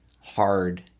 hard